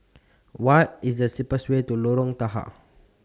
What IS The cheapest Way to Lorong Tahar